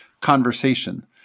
conversation